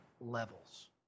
levels